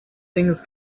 things